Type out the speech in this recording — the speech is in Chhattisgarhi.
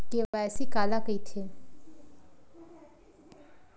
के.वाई.सी काला कइथे?